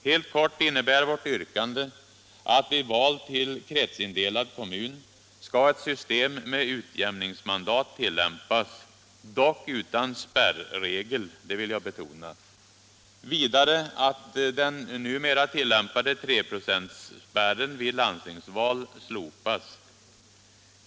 Helt kort innebär vårt yrkande att vid val till kretsindelad kommun skall ett system med utjämningsmandat tillämpas — dock utan spärregel, det vill jag betona. Vidare skall den numera tillämpade 3-procentsspärren vid landstingsval slopas.